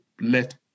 Let